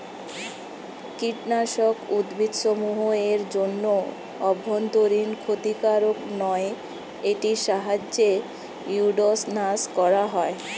কীটনাশক উদ্ভিদসমূহ এর জন্য অভ্যন্তরীন ক্ষতিকারক নয় এটির সাহায্যে উইড্স নাস করা হয়